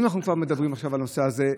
אם אנחנו כבר מדברים עכשיו על הנושא הזה,